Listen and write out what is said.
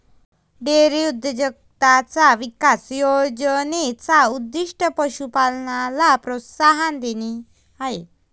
dairy उद्योजकताचा विकास योजने चा उद्दीष्ट पशु पालनाला प्रोत्साहन देणे आहे